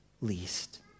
least